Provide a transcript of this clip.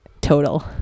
total